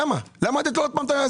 למה לתת לו שוב?